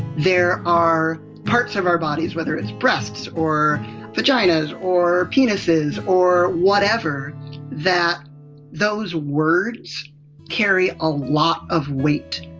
there are parts of our bodies whether it's breasts or vaginas or penises or whatever that those words carry a lot of weight.